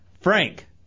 Frank